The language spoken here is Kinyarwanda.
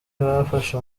bafashe